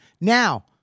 Now